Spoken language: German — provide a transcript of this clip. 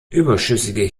überschüssige